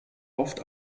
oft